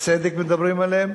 בצדק מדברים עליהם.